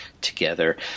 together